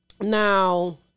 Now –